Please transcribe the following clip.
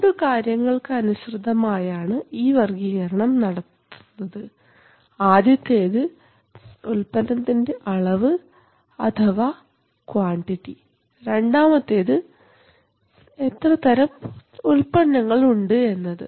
രണ്ടു കാര്യങ്ങൾക്ക് അനുസൃതമായാണ് ഈ വർഗീകരണം നടത്തുന്നത് ആദ്യത്തേത് ഉൽപ്പന്നത്തിൻറെ അളവ് അഥവാ ക്വാണ്ടിറ്റി രണ്ടാമത്തേത് എത്രതരം ഉൽപ്പന്നങ്ങൾ ഉണ്ട് എന്നത്